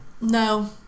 No